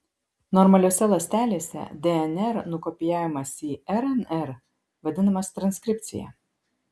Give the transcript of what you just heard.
normaliose ląstelėse dnr nukopijavimas į rnr vadinamas transkripcija